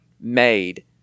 made